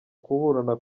kuburana